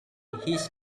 his